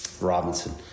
robinson